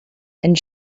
and